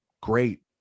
great